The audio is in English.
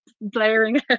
blaring